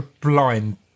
blind